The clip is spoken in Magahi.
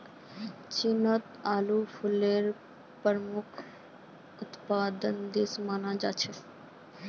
चीनक आडू फलेर प्रमुख उत्पादक देश मानाल जा छेक